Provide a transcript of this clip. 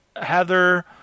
Heather